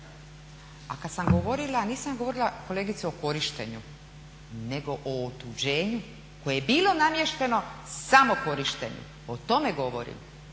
A kad sam govorila, nisam govorila kolegice o korištenju nego o otuđenju koje je bilo namješteno samo korištenju, o tome govorim.